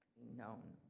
known.